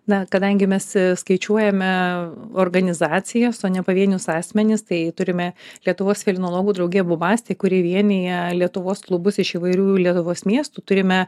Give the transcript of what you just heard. na kadangi mes skaičiuojame organizacijas o ne pavienius asmenis tai turime lietuvos fellinologų draugiją bubastė kuri vienija lietuvos klubus iš įvairių lietuvos miestų turime